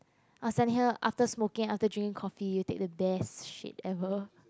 after smoking after drinking coffee you take the best shit ever